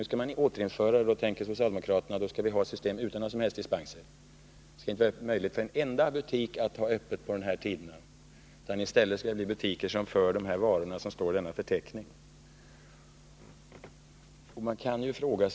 Nu vill man alltså återinföra den, och då tänker socialdemokraterna: Nu skall vi ha ett system utan några som helst dispenser: det skall inte vara möjligt för någon enda butik med vanligt sortiment att hålla öppet under de här tiderna, utan i stället skall det bli butiker som bara för de varor som står upptagna i denna förteckning som skall få vara öppna.